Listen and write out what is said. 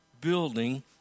building